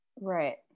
Right